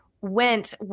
went